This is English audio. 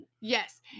Yes